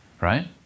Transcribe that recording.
right